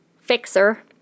fixer